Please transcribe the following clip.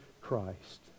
Christ